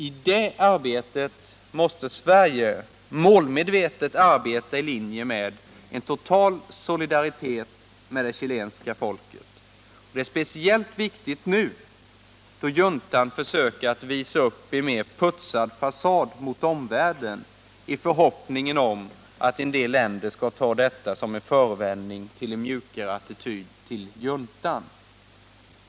I det arbetet måste Sverige målmedvetet arbeta i linje med en total solidaritet för det chilenska folket. Det är speciellt viktigt nu när juntan försöker visa upp en mer putsad fasad mot omvärlden, i förhoppningen att en del länder skall ta detta som en förevändning för en mjukare attityd till juntan.